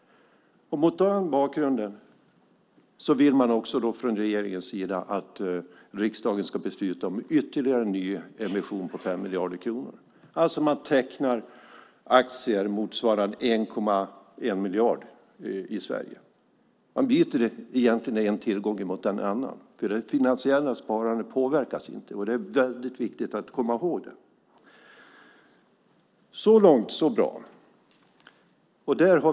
Mot den bakgrunden vill regeringen att riksdagen ska besluta om ytterligare en nyemission på 5 miljarder kronor. Man tecknar alltså aktier motsvarande 1,1 miljard i Sverige. Man byter egentligen en tillgång mot en annan. Det finansiella sparandet påverkas inte; det är viktigt att komma ihåg det. Så långt, så bra.